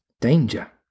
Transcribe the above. Danger